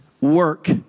work